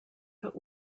but